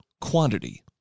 quantity